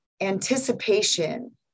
anticipation